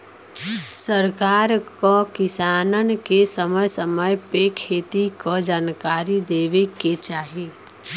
सरकार क किसानन के समय समय पे खेती क जनकारी देवे के चाही